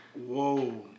Whoa